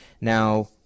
Now